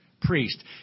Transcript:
priest